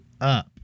up